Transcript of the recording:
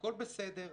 הכול בסדר.